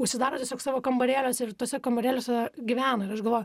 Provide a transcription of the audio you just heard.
užsidaro tiesiog savo kambarėliuose ir tuose kambarėliuose gyvena ir aš galvoju